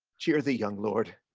cheer thee young lord,